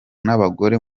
n’abagore